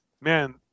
man